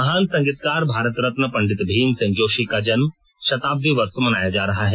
महान संगीतकार भारत रत्न पंडित भीमसेन जोशी का जन्म शताब्दी वर्ष मनाया जा रहा है